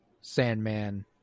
Sandman